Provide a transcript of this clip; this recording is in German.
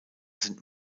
sind